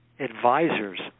advisors